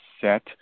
Set